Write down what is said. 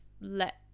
let